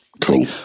cool